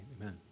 amen